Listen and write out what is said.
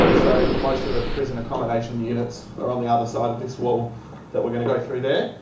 um so most of the prison accommodation units are on the other side of this wall that we're going to go through there,